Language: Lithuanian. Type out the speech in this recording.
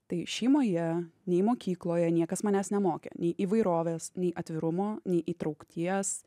tai šeimoje nei mokykloje niekas manęs nemokė nei įvairovės nei atvirumo nei įtraukties